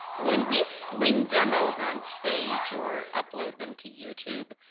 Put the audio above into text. when we sling demos on stage or upload them to youtube,